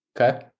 okay